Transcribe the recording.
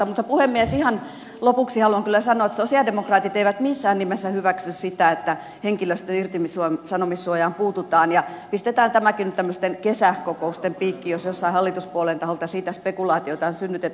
mutta puhemies ihan lopuksi haluan kyllä sanoa että sosialidemokraatit eivät missään nimessä hyväksy sitä että henkilöstön irtisanomissuojaan puututaan ja pistetään tämäkin nyt tämmöisten kesäkokousten piikkiin jos jossain hallituspuolueen taholta siitä spekulaatiota on synnytetty